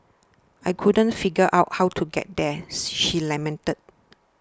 I couldn't figure out how to get there she lamented